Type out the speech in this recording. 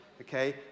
okay